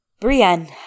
Brienne